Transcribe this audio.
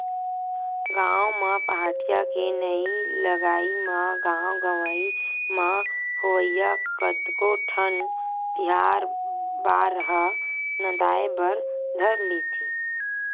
गाँव म पहाटिया के नइ लगई म गाँव गंवई म होवइया कतको ठन तिहार बार ह नंदाय बर धर लेथे